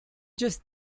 just